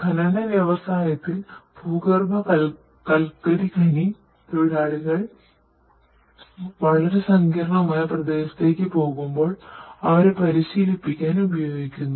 ഖനന വ്യവസായത്തിൽ ഭൂഗർഭ കൽക്കരിഖനി തൊഴിലാളികൾ വളരെ സങ്കീർണ്ണമായ പ്രദേശത്തേക്ക് പോകുമ്പോൾ അവരെ പരിശീലിപ്പിക്കാൻ ഉപയോഗിക്കുന്നു